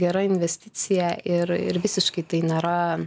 gera investicija ir ir visiškai tai nėra